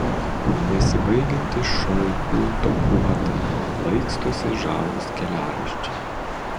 nesibaigianti šou kulto puota plaikstosi žavūs keliaraiščiai